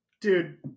Dude